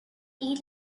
eat